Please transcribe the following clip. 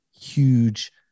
huge